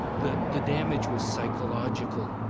the the damage was psychological.